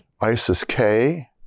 ISIS-K